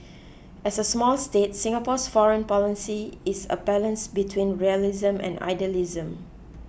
as a small state Singapore's foreign policy is a balance between realism and idealism